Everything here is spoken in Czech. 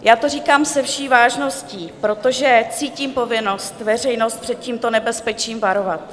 Já to říkám se vší vážností, protože cítím povinnost veřejnost před tímto nebezpečím varovat.